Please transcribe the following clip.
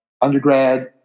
undergrad